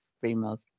females